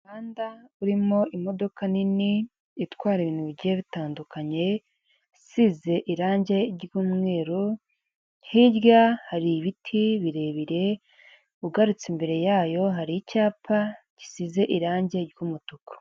Umuhanda urimo imodoka nini itwara ibintu bigiye bitandukanye isize irangi ry'umweru, hirya hari ibiti birebire ugarutse imbere yayo hari icyapa gisize irangi ry'umutuku.